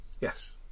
Yes